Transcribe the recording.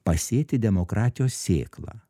pasėti demokratijos sėklą